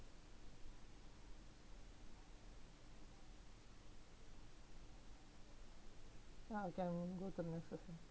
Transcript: ya can go to the next person